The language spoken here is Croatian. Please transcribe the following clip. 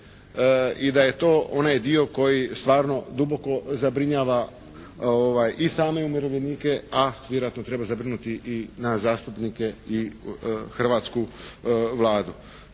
i da je to onaj dio koji stvarno duboko zabrinjava i same umirovljenike, a vjerojatno treba zabrinuti i nas zastupnike i hrvatsku Vladu.